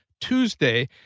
Tuesday